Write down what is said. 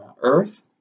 earth